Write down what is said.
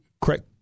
correct